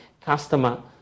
customer